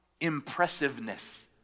impressiveness